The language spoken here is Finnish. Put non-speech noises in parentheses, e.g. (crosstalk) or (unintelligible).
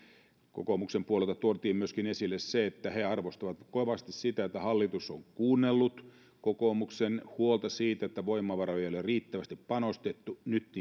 kokoomuksen puolelta tuotiin esille myöskin se että he arvostavat kovasti sitä että hallitus on kuunnellut kokoomuksen huolta siitä että voimavaroihin ei ole riittävästi panostettu nyt (unintelligible)